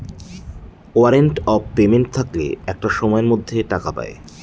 warrant of payment থাকলে একটা সময়ের মধ্যে টাকা পায়